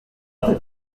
other